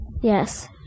Yes